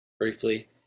briefly